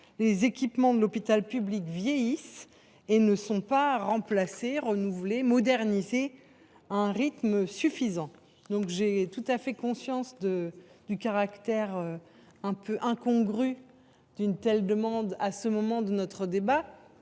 les équipements de l’hôpital public vieillissent et ne sont pas remplacés, renouvelés, modernisés à un rythme suffisant. J’ai parfaitement conscience du caractère quelque peu incongru d’une telle demande à ce moment de notre débat,